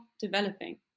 developing